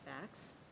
facts